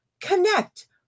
connect